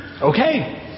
Okay